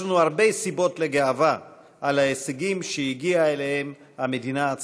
יש לנו הרבה סיבות לגאווה על ההישגים שהגיעה אליהם המדינה הצעירה,